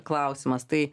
klausimas tai